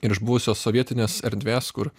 iš buvusios sovietinės erdvės kur